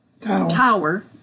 tower